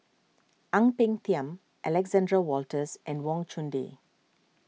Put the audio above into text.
Ang Peng Tiam Alexander Wolters and Wang Chunde